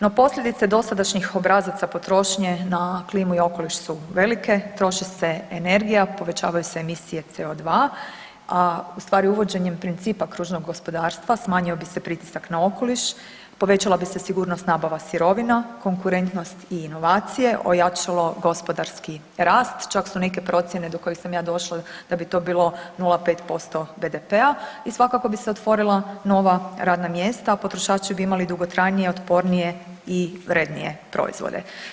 No posljedice dosadašnjih obrazaca potrošnje na klimu i okoliš su velike, troši se energija, povećavaju se emisije CO2, a ustvari uvođenjem principa kružnog gospodarstva smanjio bi se pritisak na okoliš, povećala bi se sigurnost nabava sirovina, konkurentnost i inovacije, ojačalo gospodarski rast, čak su neke procjene do kojih sam ja došla da bi to bilo 0,5% BDP-a i svakako bi se otvorila nova radna mjesta, potrošači bi imali dugotrajnije, otpornije i vrjednije proizvode.